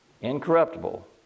incorruptible